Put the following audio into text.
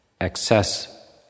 excess